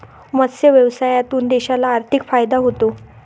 मत्स्य व्यवसायातून देशाला आर्थिक फायदा होतो